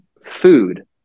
food